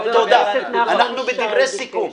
אנחנו בדברי סיכום.